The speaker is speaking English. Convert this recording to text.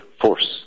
force